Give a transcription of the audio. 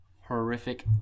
horrific